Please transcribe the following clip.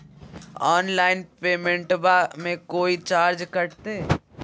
Online पेमेंटबां मे कोइ चार्ज कटते?